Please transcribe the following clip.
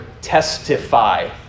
testify